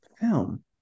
film